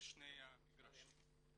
בשני המגרשים.